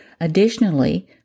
Additionally